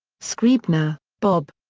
scribner, bob.